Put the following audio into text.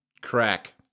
crack